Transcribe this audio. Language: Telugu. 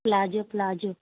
palazzo palazzo